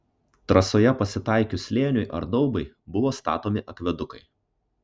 trasoje pasitaikius slėniui ar daubai buvo statomi akvedukai